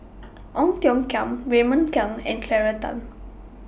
Ong Tiong Khiam Raymond Kang and Claire Tham